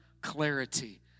clarity